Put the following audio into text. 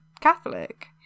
catholic